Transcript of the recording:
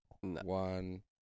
One